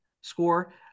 score